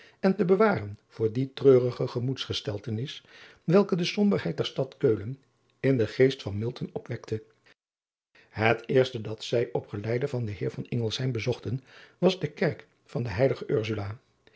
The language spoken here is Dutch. en te bewaren voor die treurige gemoedsgesteltenis welke de somberheid der stad eulen in den geest van opwekte et eerste dat zij op geleide van den eer bezochten was de kerk van de eilige rsula